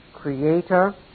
creator